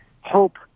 Hope